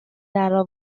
درا